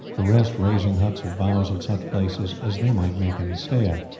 the rest raising huts of boughs at such places as they might make any stay at.